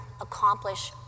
accomplish